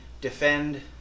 defend